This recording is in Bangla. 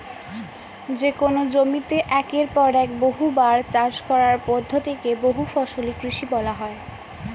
যেকোন জমিতে একের পর এক বহুবার চাষ করার পদ্ধতি কে বহুফসলি কৃষি বলা হয়